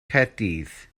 caerdydd